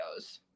videos